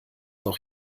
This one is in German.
noch